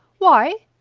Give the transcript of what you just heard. why?